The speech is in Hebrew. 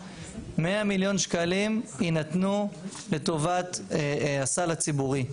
100 מיליון שקלים יינתנו לטובת הסל הציבורי.